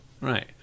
Right